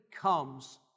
comes